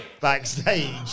backstage